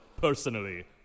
personally